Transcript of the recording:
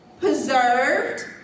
preserved